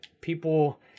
people